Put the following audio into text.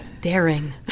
Daring